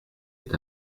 est